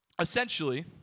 essentially